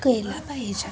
केला पाहिजे